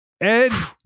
Ed